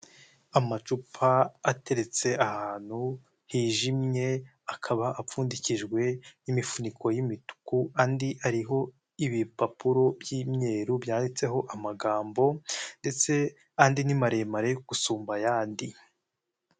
Amacupa ateretse ahantu hijimye akaba apfundikijwe n'imifuniko y'imituku andi ariho ibipapuro by'imyeru byanditseho amagambo, ndetse andi ni maremare yo gusumba ayandi.